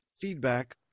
feedback